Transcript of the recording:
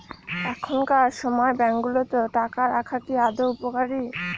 এখনকার সময় ব্যাঙ্কগুলোতে টাকা রাখা কি আদৌ উপকারী?